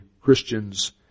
Christians